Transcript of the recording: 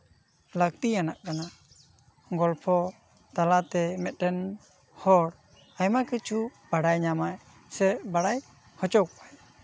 ᱞᱟᱹᱠᱛᱤᱭᱟᱱᱟᱜ ᱠᱟᱱᱟ ᱜᱚᱞᱯᱷᱚ ᱛᱟᱞᱟᱛᱮ ᱢᱤᱫᱴᱟᱝ ᱦᱚᱲ ᱟᱭᱢᱟ ᱠᱤᱪᱷᱩ ᱵᱟᱲᱟᱭ ᱧᱟᱢ ᱟᱭ ᱥᱮ ᱵᱟᱲᱟᱭ ᱦᱚᱪᱚ